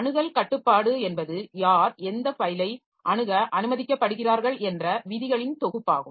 அணுகல் கட்டுப்பாடு என்பது யார் எந்தக் ஃபைலை அணுக அனுமதிக்கப்படுகிறார்கள் என்ற விதிகளின் தொகுப்பாகும்